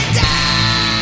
die